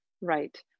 Right